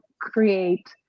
create